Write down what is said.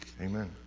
Amen